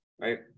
right